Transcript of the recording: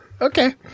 Okay